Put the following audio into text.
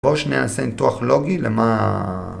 בואו שניה נעשה ניתוח לוגי למה...